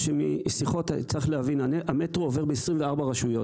צריך להבין, המטרו עובר ב-24 רשויות.